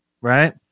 Right